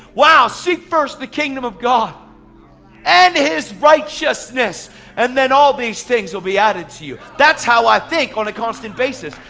wow, seek first the kingdom of god and his righteousness and then all these things will be added to you. that's how i think on a constant basis.